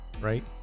right